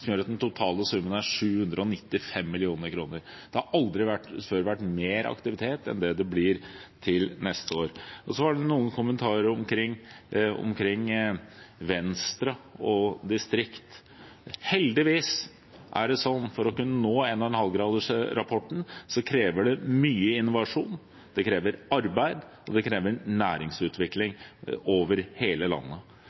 gjør at den totale summen blir 795 mill. kr. Det har aldri før vært mer aktivitet enn det det blir til neste år. Så var det noen kommentarer omkring Venstre og distrikt. Heldigvis er det sånn at for å kunne nå 1,5-gradersrapporten, kreves det mye innovasjon, det kreves arbeid, og det kreves næringsutvikling